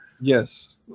Yes